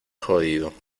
jodido